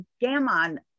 Gammon